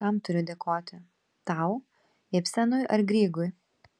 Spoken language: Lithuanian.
kam turiu dėkoti tau ibsenui ar grygui